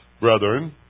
brethren